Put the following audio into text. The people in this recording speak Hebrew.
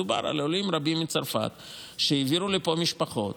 דובר על עולים רבים מצרפת שהעבירו לפה משפחות,